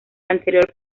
anterior